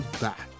back